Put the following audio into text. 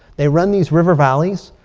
they run these river valleys.